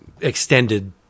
extended